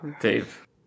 Dave